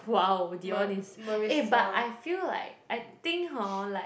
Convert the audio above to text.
!wow! Dion is eh but I feel like I think hor like